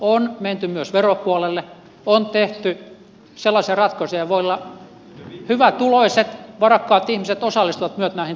on menty myös veropuolelle on tehty sellaisia ratkaisuja joilla hyvätuloiset varakkaat ihmiset osallistuvat myös näihin talkoisiin